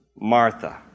Martha